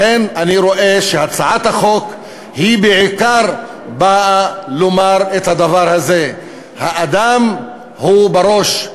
לכן אני רואה שהצעת החוק בעיקר באה לומר את הדבר הזה: האדם הוא בראש,